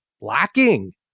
lacking